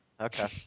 Okay